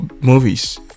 movies